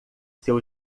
seu